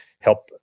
help